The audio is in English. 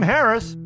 Harris